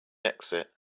exit